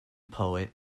poet